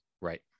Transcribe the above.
Right